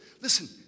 Listen